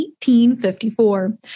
18.54